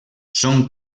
són